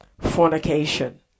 fornication